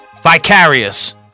Vicarious